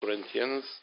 Corinthians